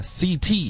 CT